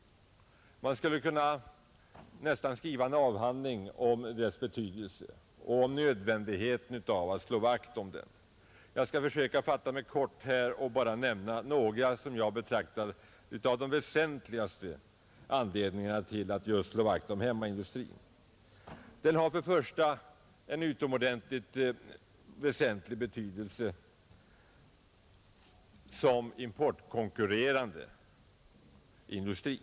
Man skulle nästan kunna skriva en avhandling om dess betydelse och nödvändigheten av att slå vakt om den. Jag skall försöka fatta mig kort och bara nämna några av de som jag tycker väsentligaste anledningarna till att slå vakt om hemmaindustrin. Den har först och främst en utomordentligt stor betydelse som importkonkurrerande industri.